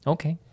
Okay